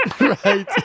right